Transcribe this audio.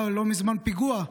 לא מזמן היה פיגוע,